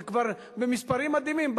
זה כבר במספרים מדהימים.